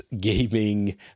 gaming